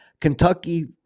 Kentucky